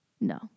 No